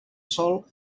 sòl